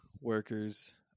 workers